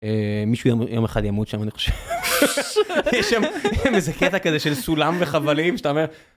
מישהו יום אחד ימות שם אני חושב שיש שם איזה קטע כזה של סולם וחבלים שאתה אומר...